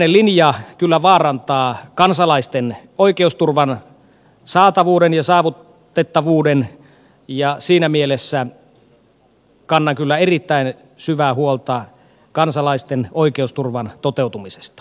tällainen linja kyllä vaarantaa kansalaisten oikeusturvan saatavuuden ja saavutettavuuden ja siinä mielessä kannan kyllä erittäin syvää huolta kansalaisten oikeusturvan toteutumisesta